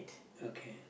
okay